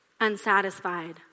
unsatisfied